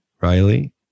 Riley